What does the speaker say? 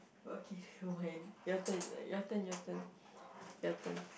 okay hold hand your turn your turn your turn your turn